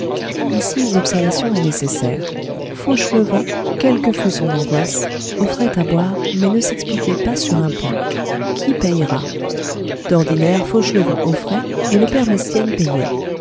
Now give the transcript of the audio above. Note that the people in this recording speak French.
ici une observation est nécessaire fauchelevent quelle que fût son angoisse offrait à boire mais ne s'expliquait pas sur un point qui payera d'ordinaire fauchelevent offrait et le père mestienne payait